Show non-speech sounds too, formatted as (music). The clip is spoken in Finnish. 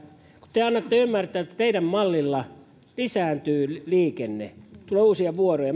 te annatte ymmärtää että teidän mallilla lisääntyy liikenne tulee uusia vuoroja (unintelligible)